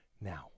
now